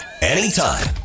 anytime